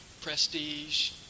prestige